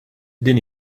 din